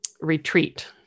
retreat